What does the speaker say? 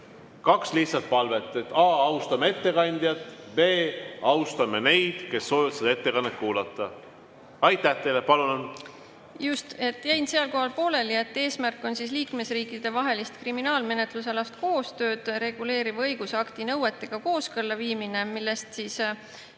Kaks lihtsat palvet: a) austame ettekandjat ja b) austame neid, kes soovivad seda ettekannet kuulata. Aitäh teile! Palun! Just. Jäin seal pooleli, et eesmärk on [Eesti õiguse] liikmesriikide vahelist kriminaalmenetlusalast koostööd reguleeriva õigusakti nõuetega kooskõlla viimine, millest kahe